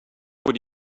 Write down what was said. would